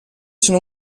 sono